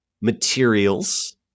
materials